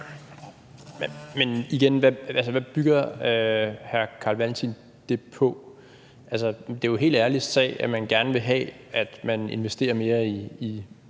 Men igen: Hvad bygger hr. Carl Valentin det på? Det er jo en helt ærlig sag, at man gerne vil have, at der investeres mere i